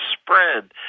spread